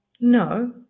No